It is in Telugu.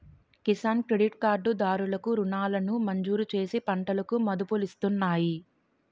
కిసాన్ క్రెడిట్ కార్డు దారులు కు రుణాలను మంజూరుచేసి పంటలకు మదుపులిస్తున్నాయి